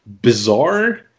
bizarre